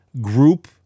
group